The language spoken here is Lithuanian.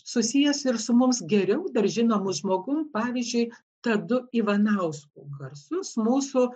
susijęs ir su mums geriau dar žinomu žmogum pavyzdžiui tadu ivanausku garsus mūsų